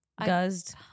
Guzzed